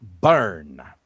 burn